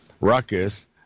ruckus